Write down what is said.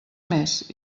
més